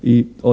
Hvala vam